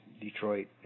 Detroit